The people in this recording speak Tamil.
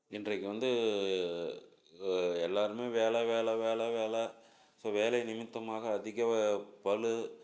இன்றைக்கு வந்து எல்லோருமே வேலை வேலை வேலை வேலை ஸோ வேலை நிமித்தமாக அதிக பளு